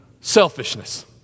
selfishness